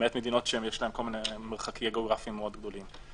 למעט מדינות שיש בהן כל מיני מרחקים גאוגרפיים מאוד גדולים.